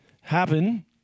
happen